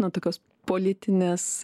na tokios politinės